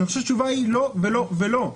אני חושב שהתשובה היא לא ולא ולא.